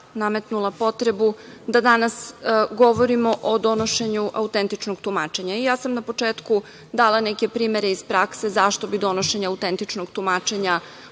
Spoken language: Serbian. nametnula potrebu da danas govorimo o donošenju autentičnog tumačenja. Ja sam na početku dala neke primere iz prakse zašto bi donošenje autentičnog tumačenja